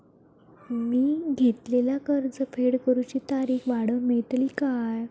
मी घेतलाला कर्ज फेड करूची तारिक वाढवन मेलतली काय?